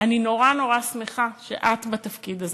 אני נורא נורא שמחה שאת בתפקיד הזה.